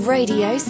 Radio